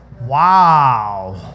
Wow